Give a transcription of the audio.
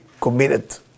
committed